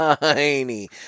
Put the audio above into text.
tiny